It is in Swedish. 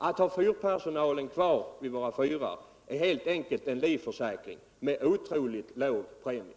Att ha personalen kvar vid våra fyrar innebär helt enkel en livförsäkring med otroligt låg premie.